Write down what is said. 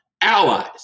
allies